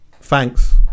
Thanks